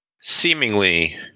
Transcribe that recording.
seemingly